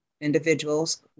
individuals